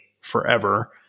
forever